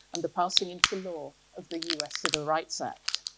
and the passing into law of the us civil rights act.